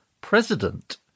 president